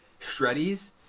shreddies